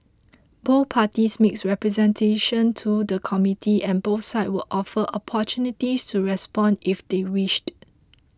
both parties made representations to the committee and both sides were offered opportunities to respond if they wished